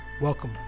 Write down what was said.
Welcome